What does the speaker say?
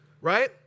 right